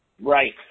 Right